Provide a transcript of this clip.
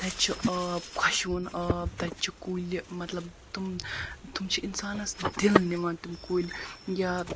تَتہِ چھُ آب خۄشوُن آب تَتہِ چھِ کُلۍ مطلب تِم تِم چھ اِنسانَس دِل نِوان تِم کُلۍ یا